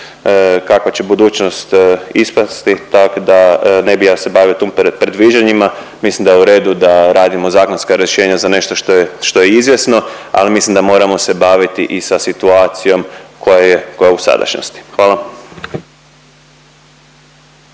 kakva će budućnost ispasti, tak da ne bi ja se bavio tu predviđanjima, mislim da je u redu da radimo zakonska rješenja za nešto što je, što je izvjesno, ali mislim da moramo se baviti i sa situacijom koja je, koja je u sadašnjosti, hvala.